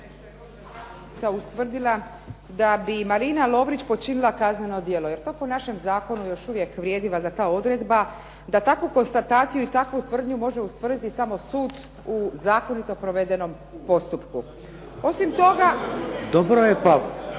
Dobro je, pa.